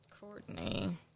Courtney